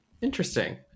Interesting